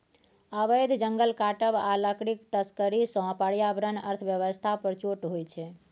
अबैध जंगल काटब आ लकड़ीक तस्करी सँ पर्यावरण अर्थ बेबस्था पर चोट होइ छै